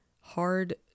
hard